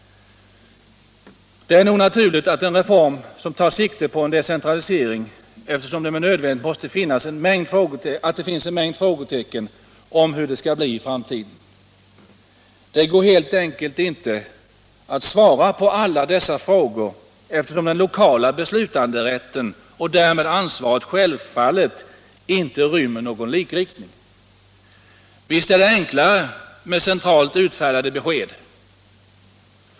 Det är nog naturligt att reformen föregås av en viss osäkerhet, eftersom det med nödvändighet måste finnas en mängd frågetecken för hur det skall bli i framtiden. Det går helt enkelt inte att svara på alla dessa frågor, eftersom den lokala beslutanderätten och därmed ansvaret självfallet inte rymmer någon likriktning. Och visst är det enklare med centralt utfärdade besked.